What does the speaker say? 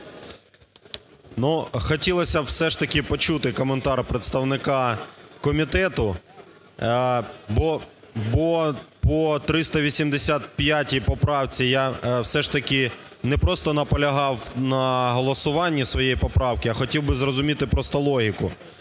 Ну, хотілося б все ж таки почути коментар представника комітету, бо по 385 поправці я все ж таки не просто наполягав на голосуванні своєї поправки, а хотів би зрозуміти просто логіку.